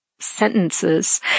sentences